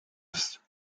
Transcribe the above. ist